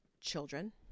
children